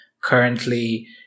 currently